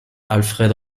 alfred